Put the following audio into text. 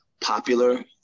popular